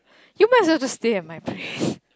you might also stay at my place